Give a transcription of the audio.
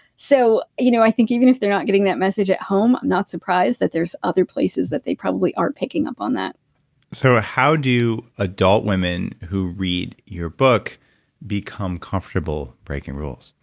so you know i think even if they're not getting that message at home, i'm not surprised that there's other places that they probably are picking up on that so, how do adult women who read your book become comfortable breaking rules?